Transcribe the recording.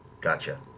Gotcha